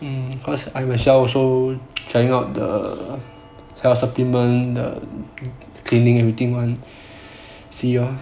um cause I myself also trying out the health supplement the cleaning everything [one] see lor